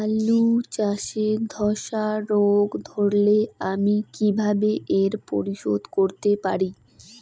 আলু চাষে ধসা রোগ ধরলে আমি কীভাবে এর প্রতিরোধ করতে পারি?